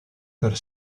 per